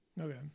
Okay